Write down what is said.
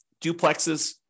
duplexes